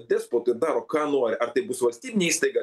despotu ir daro ką nori ar tai bus valstybinė įstaiga